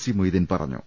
C Moideen പറഞ്ഞു